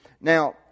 Now